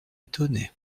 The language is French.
étonné